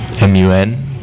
M-U-N